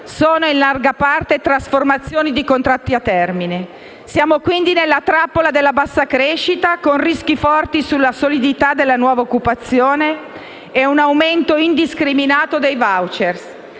sono in larga parte trasformazioni di contratti a termine. Siamo quindi nella trappola della bassa crescita, con rischi forti sulla solidità della nuova occupazione e un aumento indiscriminato dei *voucher*.